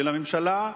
של הממשלה.